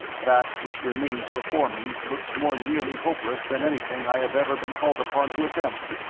that which remains before me looks more nearly hopeless than anything i have ever been called upon to attempt.